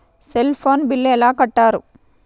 Cell phone bill ఎలా కట్టారు?